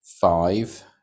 five